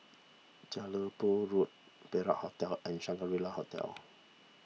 Jelebu Road Perak Hotel and Shangri La Hotel